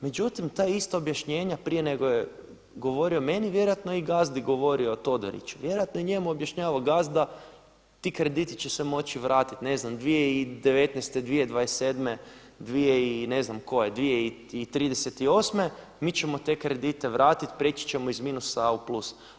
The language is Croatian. Međutim ta ista objašnjenja prije nego je govorio meni vjerojatno je i gazdi govorio Todoriću, vjerojatno je njemu objašnjavao gazda ti krediti će se moći vratiti, ne znam 2019., 2027. dvije i ne znam koje 2038. mi ćemo te kredite vratiti preći ćemo iz minusa u plus.